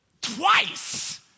twice